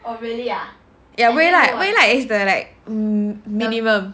微辣 is like the minimum